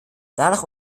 danach